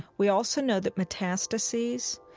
we also know that metastases,